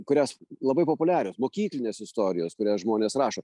kurios labai populiarios mokyklinės istorijos kurias žmonės rašo